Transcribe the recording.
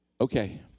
Okay